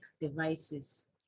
devices